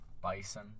bison